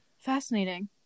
Fascinating